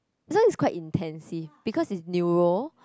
this one is quite intensive because it's neuro